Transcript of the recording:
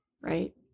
right